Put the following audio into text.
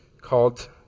called